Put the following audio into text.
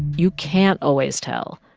you can't always tell.